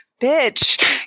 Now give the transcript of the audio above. Bitch